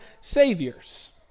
saviors